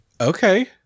okay